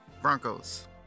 Broncos